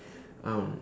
um